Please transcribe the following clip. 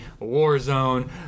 Warzone